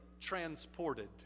transported